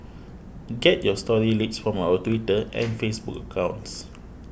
get your story leads from our Twitter and Facebook accounts